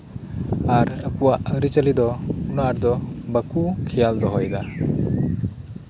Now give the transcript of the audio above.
ᱟᱨ ᱟᱠᱩᱣᱟᱜ ᱟᱹᱨᱤ ᱪᱟᱹᱞᱤᱫᱚ ᱩᱱᱟᱹᱜ ᱟᱴᱫᱚ ᱵᱟᱠᱩ ᱠᱷᱮᱭᱟᱞ ᱫᱚᱦᱚᱭᱮᱫᱟ